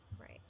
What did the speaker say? right